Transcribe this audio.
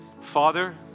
Father